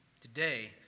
Today